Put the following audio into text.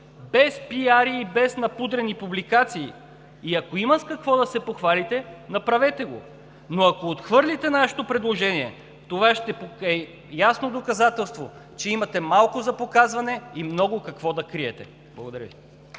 без пиари и без напудрени публикации. И ако има с какво да се похвалите – направете го. Но ако отхвърлите нашето предложение, това ще е ясно доказателство, че имате малко за показване и много какво да криете. Благодаря Ви.